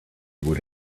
would